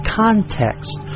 context